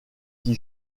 qui